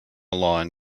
lawn